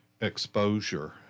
exposure